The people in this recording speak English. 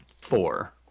Four